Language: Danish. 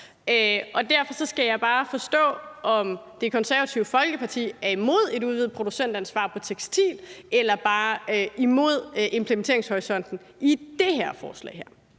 om. Derfor skal jeg bare forstå, om Det Konservative Folkeparti er imod et udvidet producentansvar på tekstil eller bare er imod implementeringshorisonten i det her forslag.